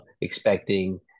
expecting